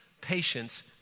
patience